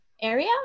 area